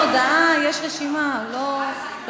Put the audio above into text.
יש רשימה, הוא רק נותן הודעה.